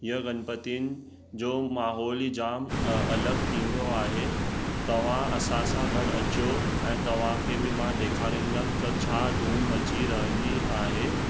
इहे गणपतिनि जो माहौल ई जाम अलॻि थींदो आहे तव्हां असां सां गॾु अचो ऐं तव्हांखे बि मां ॾेखारिंदुमि त छा धूम मची रहंदी आहे